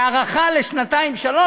בהארכה לשנתיים-שלוש,